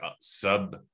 sub